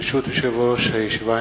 ברשות יושב-ראש הישיבה,